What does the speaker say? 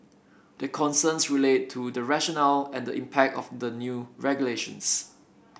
their concerns relate to the rationale and the impact of the new regulations